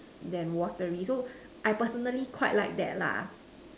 than watery so I personally quite like that lah